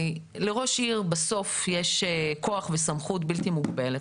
לכל ראש עיר יש בסוף כוח וסמכות בלתי מוגבלת.